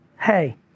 Hey